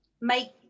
make